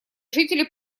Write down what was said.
жители